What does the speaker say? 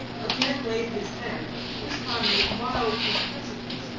again laid his hand, this time with mild impressiveness,